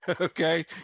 Okay